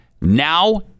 Now